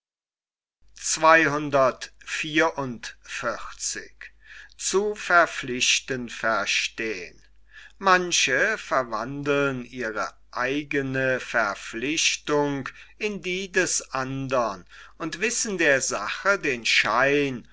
manche verwandeln ihre eigene verpflichtung in die des andern und wissen der sache den schein